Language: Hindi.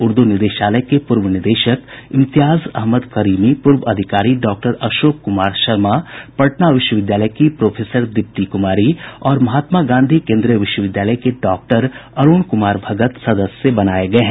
उर्दू निदेशालय के पूर्व निदेशक इम्तियाज अहमद करीमी पूर्व अधिकारी डॉक्टर अशोक कुमार शर्मा पटना विश्वविद्यालय की प्रोफेसर दीप्ति कुमारी और महात्मा गांधी केन्द्रीय विश्वविद्यालय के डॉक्टर अरूण कुमार भगत सदस्य बनाये गये हैं